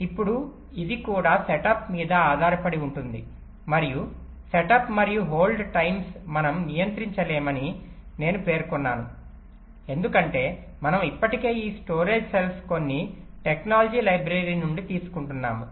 ఇప్పుడు ఇది కూడా సెటప్ మీద ఆధారపడి ఉంటుంది మరియు సెటప్ మరియు హోల్డ్ టైమ్స్ మనం నియంత్రించలేమని అని నేను పేర్కొన్నాను ఎందుకంటే మనం ఇప్పటికే ఈ స్టోరేజ్ సెల్ను కొన్ని టెక్నాలజీ లైబ్రరీ నుండి తీసుకుంటున్నాము